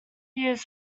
views